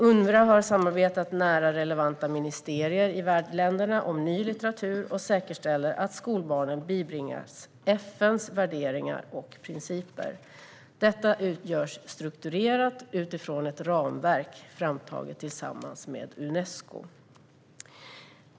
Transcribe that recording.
Unrwa har samarbetat nära relevanta ministerier i värdländerna om ny litteratur och säkerställer att skolbarnen bibringas FN:s värderingar och principer. Detta görs strukturerat, utifrån ett ramverk framtaget tillsammans med Unesco.